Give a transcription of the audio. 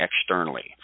externally